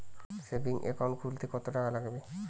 Savings account খুলতে কতটাকা লাগবে?